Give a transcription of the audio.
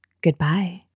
Goodbye